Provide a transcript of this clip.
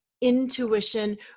intuition